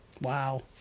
Wow